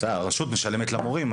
בסדר, אבל הרשות משלמת למורים.